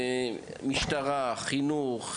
משטרה, משרד החינוך,